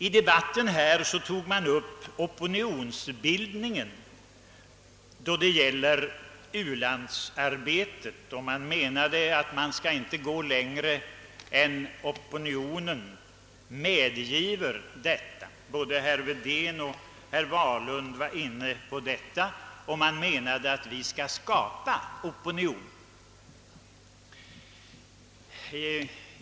I debatten här har man tagit upp frågan om opinionsbildningen i fråga om u-landsarbetet, och man menade att vi inte skulle gå längre än opinionen medger. Både herr Wedén och herr Wahlund var inne på detta och menade att vi skall skapa opinion.